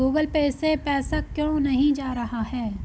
Google pay से पैसा क्यों नहीं जा रहा है?